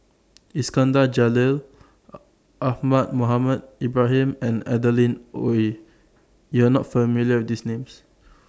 Iskandar Jalil Ahmad Mohamed Ibrahim and Adeline Ooi YOU Are not familiar with These Names